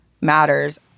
matters